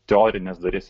teorinės dalies